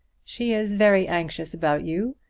she is very anxious about you,